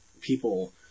people